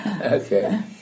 Okay